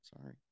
sorry